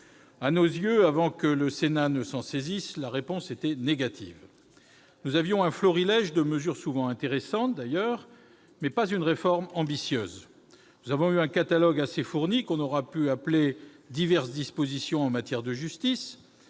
À nos yeux, avant que le Sénat ne s'en saisisse, la réponse était négative. Nous avions un florilège de mesures, souvent intéressantes d'ailleurs, mais non une réforme ambitieuse. Nous avions un catalogue assez fourni que l'on aurait pu appeler « diverses dispositions en matière de justice ».